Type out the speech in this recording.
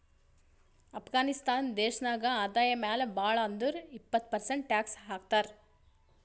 ಅಫ್ಘಾನಿಸ್ತಾನ್ ದೇಶ ನಾಗ್ ಆದಾಯ ಮ್ಯಾಲ ಭಾಳ್ ಅಂದುರ್ ಇಪ್ಪತ್ ಪರ್ಸೆಂಟ್ ಟ್ಯಾಕ್ಸ್ ಹಾಕ್ತರ್